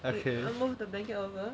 I I move the blanket over